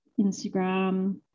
Instagram